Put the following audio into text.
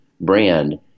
brand